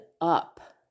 up